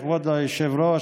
כבוד היושב-ראש,